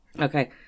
Okay